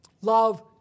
Love